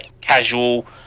Casual